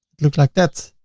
looks like that.